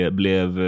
blev